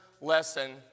lesson